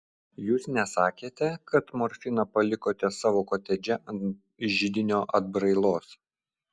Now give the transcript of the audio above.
jūs nesakėte kad morfiną palikote savo kotedže ant židinio atbrailos